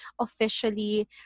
officially